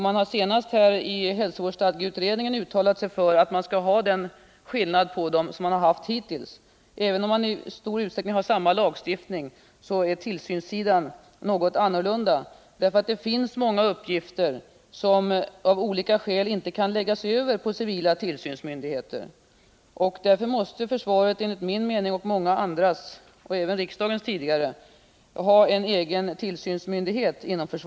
Man har senast i hälsovårdsstadgeutredningen uttalat sig för ett bibehållande av samma åtskillnad i det avseendet som hittills. Även om lagregleringen i stor utsträckning är densamma för dessa områden finns det skillnader när det gäller tillsynen. Det finns många uppgifter som av olika skäl inte kan läggas över på civila tillsynsmyndigheter. Därför måste försvaret enligt min, enligt många andras och tidigare även enligt riksdagens mening ha en egen tillsynsmyndighet.